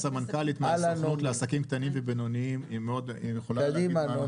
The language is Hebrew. הסמנכ"לית מהסוכנות לעסקים קטנים ובינוניים יכולה להגיד,